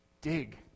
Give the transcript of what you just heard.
dig